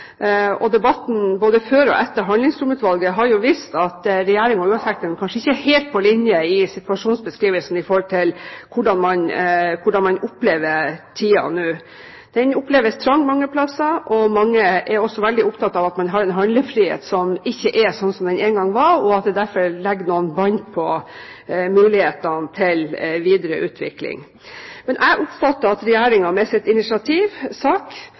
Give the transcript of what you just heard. dag. Debatten både før og etter Handlingsromutvalget har jo vist at Regjeringen og UH-sektoren kanskje ikke er helt på linje i situasjonsbeskrivelsen av hvordan man opplever tiden nå. Den oppleves trang mange steder, og mange er også veldig opptatt av at man har en handlefrihet som ikke er som den en gang var, og at det derfor legger litt bånd på mulighetene til videre utvikling. Jeg oppfatter at Regjeringen med sitt initiativ, SAK,